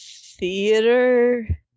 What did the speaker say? Theater